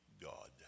God